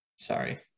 Sorry